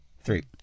three